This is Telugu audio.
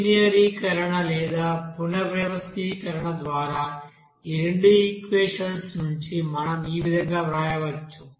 లినియర్ ీకరణ లేదా పునర్వ్యవస్థీకరణ తర్వాత ఆ ఈక్వెషన్స్ నుండి మనం ఈ విధంగా వ్రాయవచ్చు